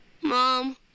Mom